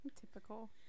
Typical